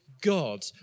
God